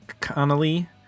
Connolly